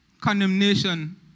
condemnation